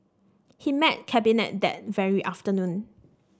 he met Cabinet that very afternoon